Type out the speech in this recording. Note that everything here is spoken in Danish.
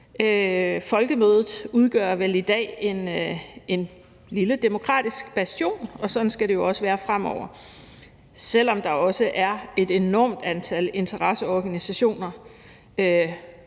Folkemødet udgør vel i dag en lille demokratisk bastion, og sådan skal det jo også være fremover. Selv om der også er et enormt antal interesseorganisationer,